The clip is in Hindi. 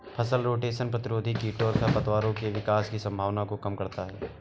फसल रोटेशन प्रतिरोधी कीटों और खरपतवारों के विकास की संभावना को कम करता है